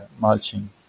mulching